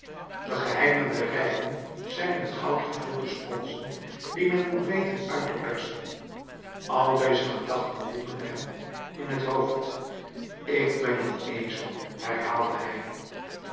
de geheimen der rijken zijn met goud gevulde sponsen die men moet weten uit te persen al deze gedachten woelden hem in t hoofd ik ben een ezel herhaalde hij